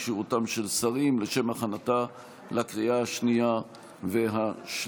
כשירותם של שרים) לשם הכנתה לקריאה השנייה והשלישית.